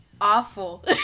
awful